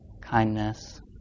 kindness